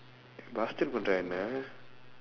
bastard பண்ணூறா என்னே:pannuraa enna